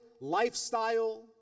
lifestyle